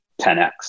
10X